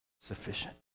sufficient